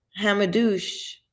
Hamadouche